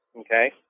Okay